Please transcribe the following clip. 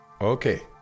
Okay